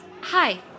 hi